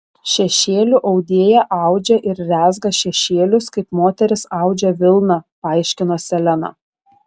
šešėlių audėja audžia ir rezga šešėlius kaip moterys audžia vilną paaiškino seleną